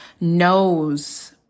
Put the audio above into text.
knows